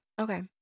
Okay